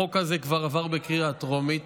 החוק הזה כבר עבר בקריאה טרומית